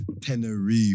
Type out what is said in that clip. Tenerife